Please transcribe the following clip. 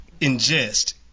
ingest